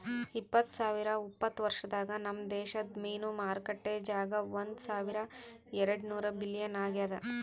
ಇಪ್ಪತ್ತು ಸಾವಿರ ಉಪತ್ತ ವರ್ಷದಾಗ್ ನಮ್ ದೇಶದ್ ಮೀನು ಮಾರುಕಟ್ಟೆ ಜಾಗ ಒಂದ್ ಸಾವಿರ ಎರಡು ನೂರ ಬಿಲಿಯನ್ ಆಗ್ಯದ್